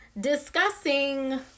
discussing